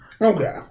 Okay